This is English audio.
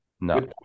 No